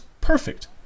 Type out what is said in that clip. Perfect